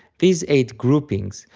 these eight groupings,